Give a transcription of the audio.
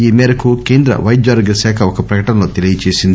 ఈ మేరకు కేంద్ర పైద్య ఆరోగ్య శాఖ ఒక ప్రకటనలో తెలిపింది